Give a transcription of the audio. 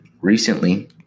Recently